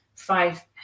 five